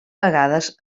vegades